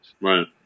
Right